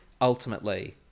Ultimately